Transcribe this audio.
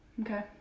okay